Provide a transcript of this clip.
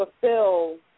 fulfill